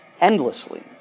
endlessly